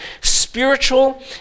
spiritual